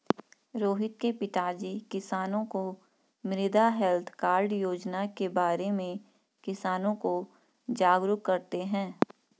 रोहित के पिताजी किसानों को मृदा हैल्थ कार्ड योजना के बारे में किसानों को जागरूक करते हैं